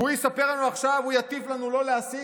והוא יספר לנו עכשיו, הוא יטיף לנו לא להסית?